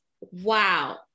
wow